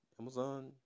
amazon